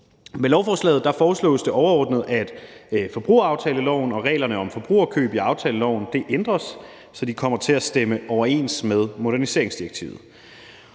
Med lovforslaget foreslås det overordnet, at forbrugeraftaleloven og reglerne om forbrugerkøb i aftaleloven ændres, så de kommer til at stemme overens med moderniseringsdirektivet.